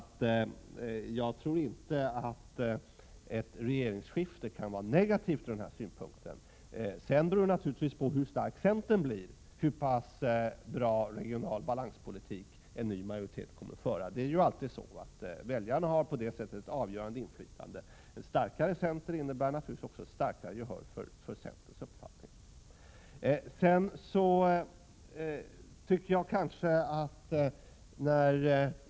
Jag tror inte att ett regeringsskifte kan vara negativt från denna synpunkt. Hur pass bra regional balanspolitik en ny majoritet kommer att föra beror naturligtvis på hur stark centern blir. Väljarna har på det sättet ett avgörande inflytande. En starkare center innebär naturligtvis också starkare gehör för centerns uppfattning.